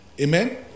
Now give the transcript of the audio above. Amen